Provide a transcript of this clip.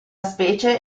specie